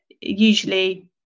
usually